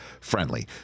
friendly